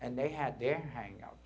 and they had their hang